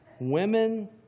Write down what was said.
Women